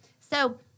So-